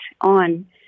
on